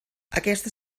aquesta